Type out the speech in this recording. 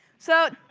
so,